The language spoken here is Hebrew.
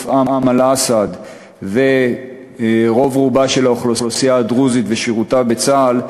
אמל אסעד ורוב רובה של האוכלוסייה הדרוזית ושירותה בצה"ל,